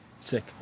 Sick